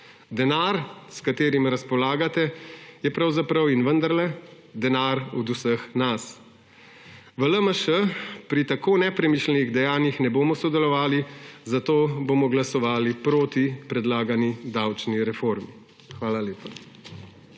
Denar, s katerim razpolagate, je pravzaprav in vendarle denar vseh nas. V LMŠ pri tako nepremišljenih dejanjih ne bomo sodelovali, zato bomo glasovali proti predlagani davčni reformi. Hvala lepa.